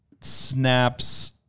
snaps